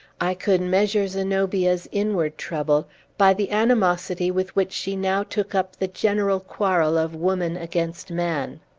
i could measure zenobia's inward trouble by the animosity with which she now took up the general quarrel of woman against man.